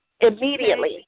Immediately